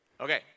Okay